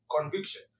conviction